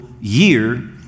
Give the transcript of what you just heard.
year